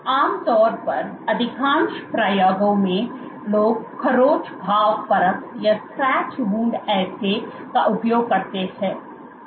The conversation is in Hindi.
अब आमतौर पर अधिकांश प्रयोगों में लोग खरोंच घाव परख का उपयोग करते हैं